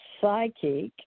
psychic